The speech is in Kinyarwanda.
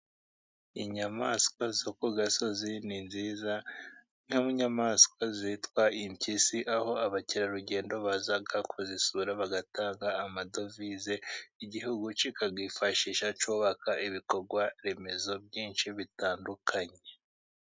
Inyamaswa zo ku gasozi ni nziza; nk'inyamaswa zitwa impyisi, aho abakerarugendo baza kuzisura bagatanga amadovize, igihugu kikayifashisha cyubaka ibikorwaremezo byinshi bitandukanye.